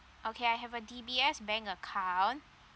okay I have a D_B_S bank account